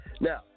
Now